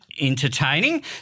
entertaining